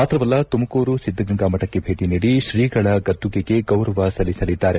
ಮಾತ್ರವಲ್ಲ ತುಮಕೂರು ಸಿದ್ಲಗಂಗಾ ಮಠಕ್ಕೆ ಭೇಟಿ ನೀಡಿ ಶ್ರೀಗಳ ಗದ್ದುಗೆಗೆ ಗೌರವ ಸಲ್ಲಿಸಲಿದ್ದಾರೆ